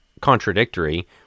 contradictory